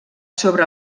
sobre